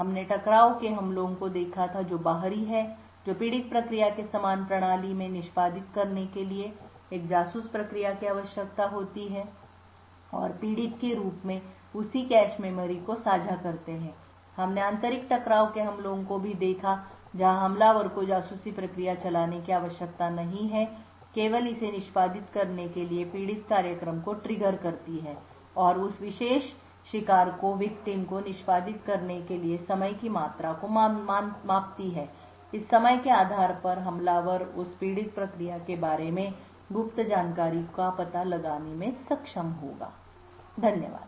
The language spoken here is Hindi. हमने टकराव के हमलों को देखा था जो बाहरी हैं जो पीड़ित प्रक्रिया के समान प्रणाली में निष्पादित करने के लिए एक जासूस प्रक्रिया की आवश्यकता होती है और पीड़ित के रूप में उसी कैश मेमोरी को साझा करते हैं हमने आंतरिक टकराव के हमलों को भी देखा जहां हमलावर को जासूसी प्रक्रिया चलाने की आवश्यकता नहीं है केवल इसे निष्पादित करने के लिए पीड़ित कार्यक्रम को ट्रिगर करती है और उस विशेष शिकार को निष्पादित करने के लिए समय की मात्रा को मापती है और इस समय के आधार पर हमलावर उस पीड़ित प्रक्रिया के बारे में गुप्त जानकारी का पता लगाने में सक्षम होगा धन्यवाद